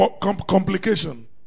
complication